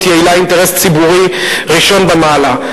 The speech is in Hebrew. יעילה היא אינטרס ציבורי ראשון במעלה.